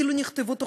אפילו נכתבו תוכניות,